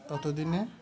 ততদিনে